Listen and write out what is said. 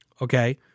okay